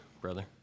brother